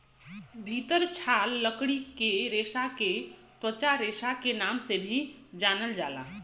भितर छाल लकड़ी के रेसा के त्वचा रेसा के नाम से भी जानल जाला